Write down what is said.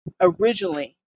originally